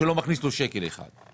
שלא מכניס לו שקל אחד.